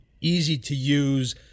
easy-to-use